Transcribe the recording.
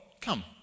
come